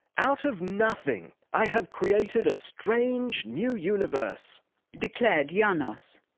out of nothing i have created a strange new universe declared janos.